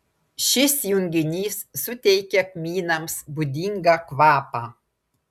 šis junginys suteikia kmynams būdingą kvapą